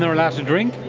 ah are allowed to drink?